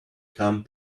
come